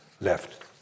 left